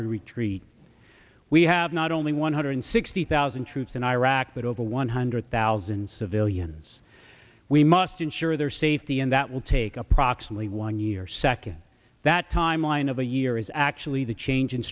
retreat we have not only one hundred sixty thousand troops in iraq but over one hundred thousand civilians we must ensure their safety and that will take approximately one year second that timeline of the year is actually the change in